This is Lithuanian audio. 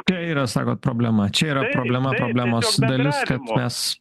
te yra sakot problema čia yra problema problemos dalis kad mes